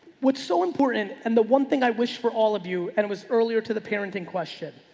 what's so important and the one thing i wish for all of you, and it was earlier to the parenting question,